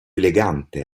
elegante